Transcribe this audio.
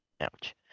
Ouch